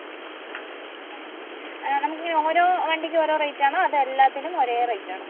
ആ thousand two hundred തൊട്ടല്ലേ നമുക്ക് ഓരോ വണ്ടിക്കും ഓരോ റേറ്റ് ആണോ അതോ എല്ലാത്തിനും ഒരേ റേറ്റ് ആണോ